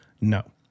No